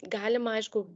galima aišku